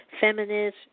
feminist